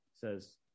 Says